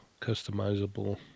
customizable